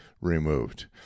removed